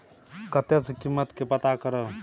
कतय सॅ कीमत के पता करब?